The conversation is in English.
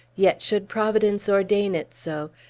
yet, should providence ordain it so,